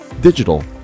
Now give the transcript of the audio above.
digital